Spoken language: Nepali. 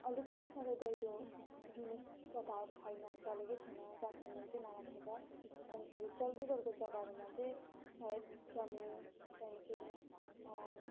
अहिले त्यति साह्रो दाइजो दिने प्रथा छैन चलेकै छैन जहाँसम्म चाहिँ मलाई थाहा छ अन्तखेरि चल्दै गरेको जग्गाहरूमा चाहिँ सायद जमिन त्यहाँदेखिन्